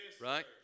Right